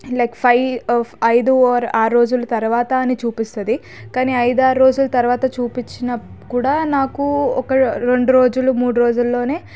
like five ఐదు ఆరు రోజుల తర్వాత అని చూపిస్తుంది కానీ ఐదారు రోజులు తర్వాత చూపించిన కూడా నాకు ఒక రెండు రోజులు మూడు రోజుల్లోనే